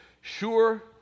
sure